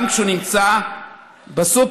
גם כשהוא נמצא בסופרמרקט,